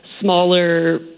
smaller